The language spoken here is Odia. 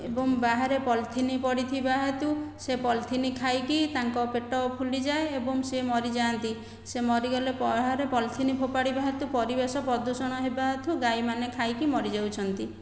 ଏବଂ ବାହାରେ ପଲିଥିନ ପଡ଼ିଥିବା ହେତୁ ସେ ପଲିଥିନ ଖାଇକି ତାଙ୍କ ପେଟ ଫୁଲିଯାଏ ଏବଂ ସେ ମରିଯାଆନ୍ତି ସେ ମରିଗଲେ ବାହାରେ ପଲିଥିନ ଫୋପାଡ଼ିବା ହେତୁ ପରିବେଶ ପ୍ରଦୂଷଣ ହେବା ହେତୁ ଗାଈମାନେ ଖାଇକି ମରିଯାଉଛନ୍ତି